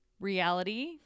reality